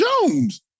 Jones